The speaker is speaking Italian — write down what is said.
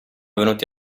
venuti